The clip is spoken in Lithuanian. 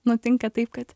nutinka taip kad